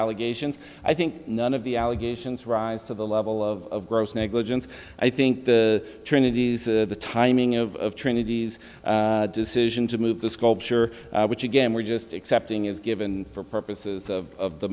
allegations i think none of the allegations rise to the level of gross negligence i think the trinities the timing of trinity's decision to move the sculpture which again we're just accepting is given for purposes of